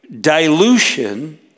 dilution